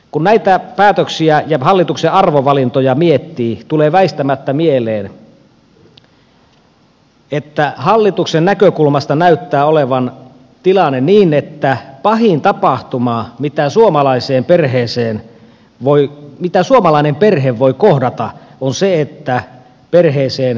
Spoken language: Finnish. kun näitä päätöksiä ja hallituksen arvovalintoja miettii tulee väistämättä mieleen että hallituksen näkökulmasta näyttää olevan tilanne niin että pahin tapahtuma mitä suomalainen perhe voi kohdata on se että perheeseen syntyy lapsi